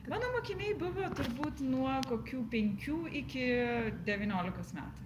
mano mokiniai buvo turbūt nuo kokių penkių iki devyniolikos metų